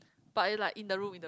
but in like in the room in the